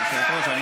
היושבת-ראש?